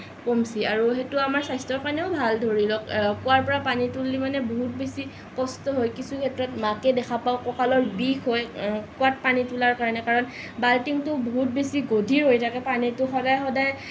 কমছি আৰু সেইটো আমাৰ স্বাস্থ্যৰ কাৰণেও ভাল ধৰি লওঁক কুৱাৰ পৰা পানী তুলি মানে বহুত বেছি কষ্ট হয় কিছু ক্ষেত্ৰত মাকে দেখা পাওঁ ককালৰ বিষ হয় কুৱাত পানী তুলাৰ কাৰণে কাৰণ বাল্টিংটো বহুত বেছি গধুৰ হৈ থাকে পানীটো সদায় সদায়